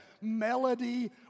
melody